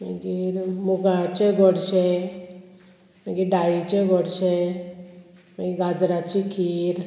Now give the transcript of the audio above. मागीर मुगांचे गोडशे मागीर डाळीचे गोडशे मागीर गाजराची खीर